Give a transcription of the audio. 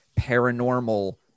paranormal